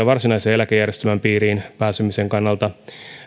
varsinaisen eläkejärjestelmän piiriin pääsemisen kannalta